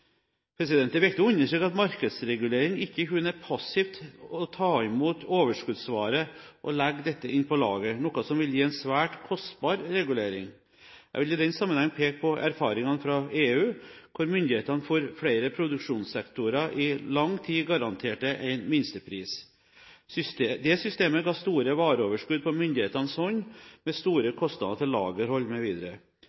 dag. Det er viktig å understreke at markedsregulering ikke kun er passivt å ta imot overskuddsvare og legge dette inn på lager, noe som vil gi en svært kostbar regulering. Jeg vil i den sammenheng peke på erfaringene fra EU, hvor myndighetene for flere produksjonssektorer i lang tid garanterte en minstepris. Det systemet ga store vareoverskudd på myndighetenes hånd med store